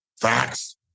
Facts